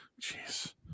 Jeez